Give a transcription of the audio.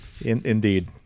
Indeed